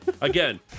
again